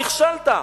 נכשלת.